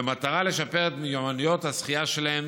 במטרה לשפר את מיומנויות השחייה שלהם,